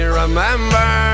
remember